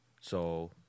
so-